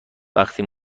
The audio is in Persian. وقتی